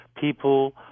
people